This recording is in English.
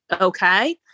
Okay